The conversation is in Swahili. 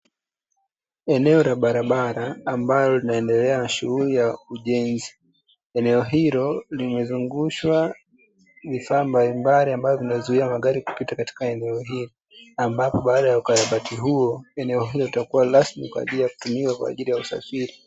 Eneo la barabara ambalo linaendelea na shughuli ya ujenzi. Eneo hilo limezungushwa vifaa mbalimbali ambavyo vimezuia magari kupita katika eneno hilo, ambapo baada ya ukarabati huo eneo hilo litakuwa rasmi kwa ajili kutumika kwa ajili ya usafiri.